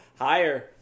higher